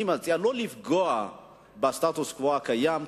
אני מציע לא לפגוע בסטטוס-קוו הקיים.